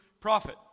prophet